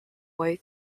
way